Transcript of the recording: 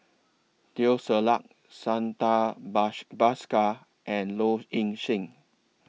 Teo Ser Luck Santha Bash Bhaskar and Low Ing Sing